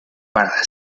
para